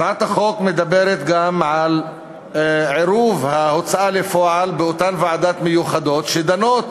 הצעת החוק מדברת גם על עירוב ההוצאה לפועל באותן ועדות מיוחדות שדנות